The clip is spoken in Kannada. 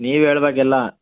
ನೀವು ಹೇಳ್ಬೇಕ್ ಎಲ್ಲ